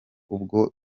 ubwo